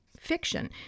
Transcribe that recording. fiction